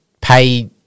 pay